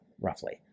roughly